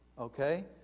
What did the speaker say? okay